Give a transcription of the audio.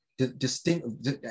distinct